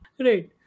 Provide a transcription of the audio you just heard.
Right